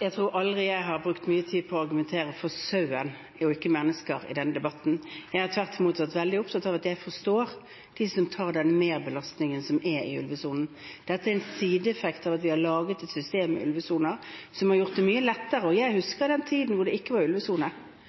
Jeg tror aldri jeg har brukt mye tid på å argumentere for sauen og ikke for mennesker i denne debatten. Jeg er tvert imot veldig opptatt av at jeg forstår dem som tar den merbelastningen som er i ulvesonen. Dette er en sideeffekt av at vi har laget et system med ulvesone – som har gjort det mye lettere. Jeg husker den tiden da det ikke var ulvesone. Jeg